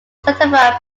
certified